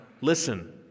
listen